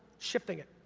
shifting it,